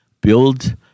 build